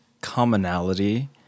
commonality